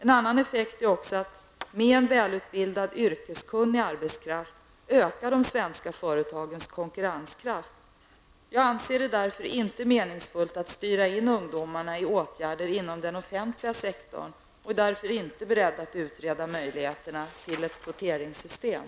En annan effekt är också att med en välutbildad yrkeskunnig arbetskraft ökar de svenska företagens konkurrenskraft. Jag anser det därför inte meningsfullt att styra in ungdomarna i åtgärder inom den offentliga sektorn och är därför inte beredd att utreda möjligheterna till ett kvoteringssystem.